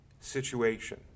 situation